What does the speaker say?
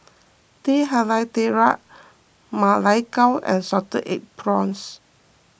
Teh Halia Tarik Ma Lai Gao and Salted Egg Prawns